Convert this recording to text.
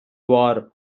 war